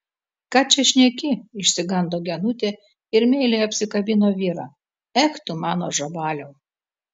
ką čia šneki išsigando genutė ir meiliai apsikabino vyrą ech tu mano žabaliau